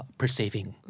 perceiving